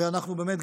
ובאמת,